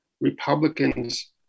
Republicans